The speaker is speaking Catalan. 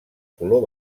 color